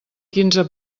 quinze